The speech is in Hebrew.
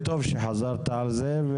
וטוב שחזרת על זה.